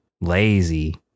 lazy